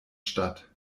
statt